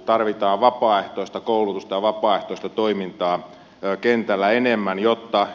tarvitaan vapaaehtoista koulutusta ja vapaaehtoista toimintaa kentällä enemmän jotta